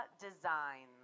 Designs